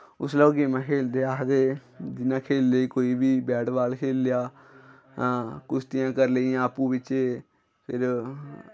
उसलै ओह् गेमां खेलदे आखदे हे जि'यां खेल्ली लेई कोई बी बैट बाल खेल्ली लेआ हां कुश्तियां करी लेइयां आपूं बिच्चें फिर